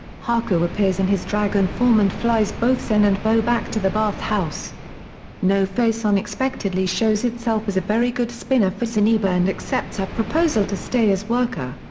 haku appears in his dragon form and flies both sen and boh back to the bathhouse. no-face no-face unexpectedly shows itself as a very good spinner for zeniba and accepts her proposal to stay as worker.